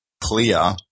clear